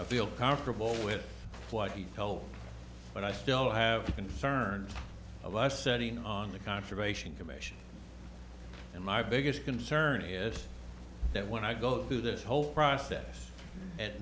of feel confortable with what he felt but i still have concerns alas setting on the conservation commission in my biggest concern is that when i go through this whole process a